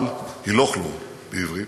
אבל, היא לא כלום, בעברית,